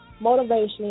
motivation